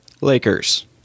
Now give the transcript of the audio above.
Lakers